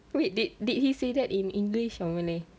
wait did did he say that in english or malay